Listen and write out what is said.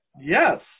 Yes